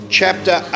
chapter